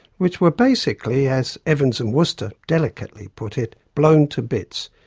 which were basically, as evans and wurster delicately put it, blown to bits,